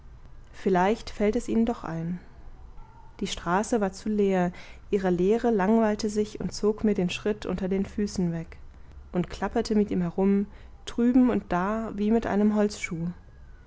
vielleicht fällt es ihnen doch ein die straße war zu leer ihre leere langweilte sich und zog mir den schritt unter den füßen weg und klappte mit ihm herum drüben und da wie mit einem holzschuh